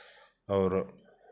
और